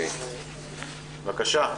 בבקשה,